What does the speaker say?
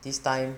this time